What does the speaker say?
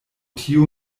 tio